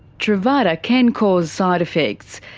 truvada can cause side effects.